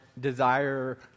desire